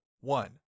One